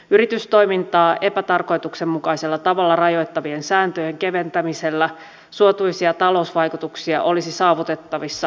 yritystoimintaa epätarkoituksenmukaisella tavalla rajoittavien sääntöjen keventämisellä suotuisia talousvaikutuksia olisi saavutettavissa nopeastikin